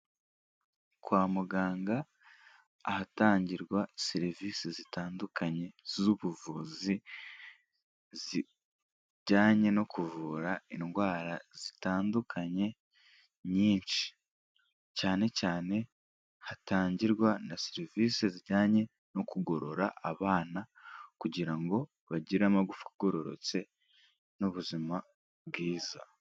Kwa muganga ahatangirwa serivisi zitandukanye z'ubuvuzi, zijyanye no kuvura indwara zitandukanye nyinshi, cyane cyane hatangirwa na serivisi zijyanye no kugorora abana kugira ngo bagire amagufwa agororotse n'ubuzima bwiza.